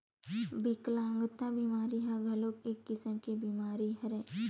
बिकलांगता बीमा ह घलोक एक किसम के बीमा हरय